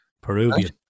Peruvian